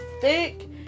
thick